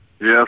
Yes